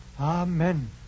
Amen